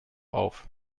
auf